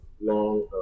long